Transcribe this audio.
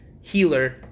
healer